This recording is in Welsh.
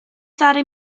ddaru